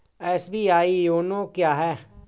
SBI YONO क्या है?